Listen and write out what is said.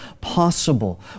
possible